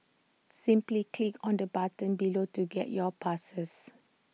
simply click on the button below to get your passes